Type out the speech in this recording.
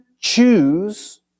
choose